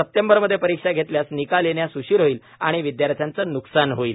सप्टेंबरमध्ये परिक्षा घेतल्यास निकाल येण्यास उशीर होईल आणि विदयार्थ्याचं नुकसान होईल